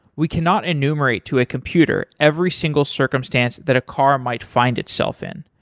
we cannot enumerate to a computer every single circumstance that a car might find itself in.